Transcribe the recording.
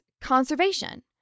conservation